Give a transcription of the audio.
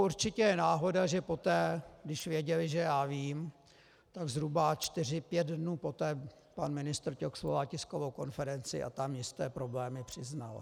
Určitě je náhoda, že poté, když věděli, že já vím, tak zhruba čtyři pět dnů poté pan ministr Ťok svolal tiskovou konferenci a tam jisté problémy přiznal.